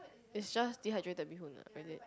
is just dehydrated bee-hoon lah really